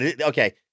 Okay